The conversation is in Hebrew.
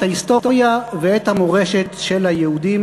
את ההיסטוריה ואת המורשת של היהודים,